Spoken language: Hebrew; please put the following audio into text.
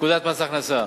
לפקודת מס הכנסה.